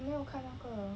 没有看那个